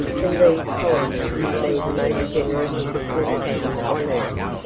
believed hollyhill to be the most generous christmas town on earth,